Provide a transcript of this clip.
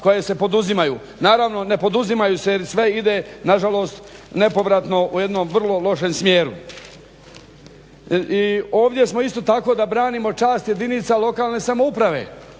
koje se poduzimaju. Naravno ne poduzimaju se jer sve ide nažalost nepovratno u jednom vrlo lošem smjeru. I ovdje smo isto tako da branimo čast jedinica lokalne samouprave